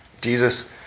Jesus